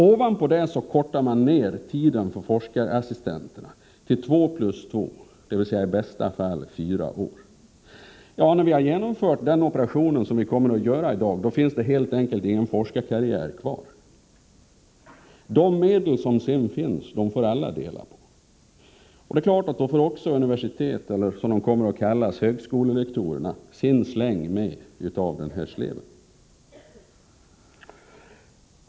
Ovanpå det kortas tiden för forskarassistenterna ned till två plus två, dvs. i bästa fall fyra år. När vi genomfört den operationen, som skall beslutas i dag, finns det helt enkelt ingen forskarkarriär kvar. De medel som på så sätt frigörs får sedan alla dela på. Då kan också universitetseller högskolelektorerna få sin släng av sleven i framtiden.